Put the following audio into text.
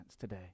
today